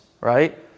Right